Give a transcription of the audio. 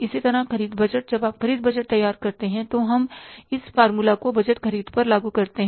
इसी तरह ख़रीद बजट जब आप ख़रीद बजट तैयार करते हैं तो हम इस फ़ॉर्मूला को बजट ख़रीद पर लागू करते हैं